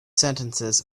sentences